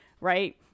right